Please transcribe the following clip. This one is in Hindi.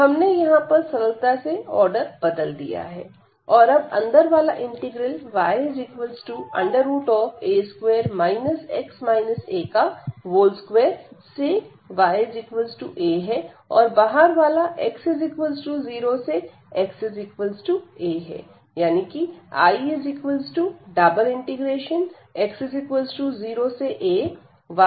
तो हमने यहां पर सरलता से आर्डर बदल दिया है और अब अंदर वाला इंटीग्रल ya2 x a2 से y a है और बाहर वाला x 0 से x a है